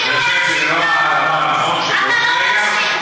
אתה תגיד לנו, אתה לא מכחיש את זה,